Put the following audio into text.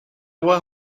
voir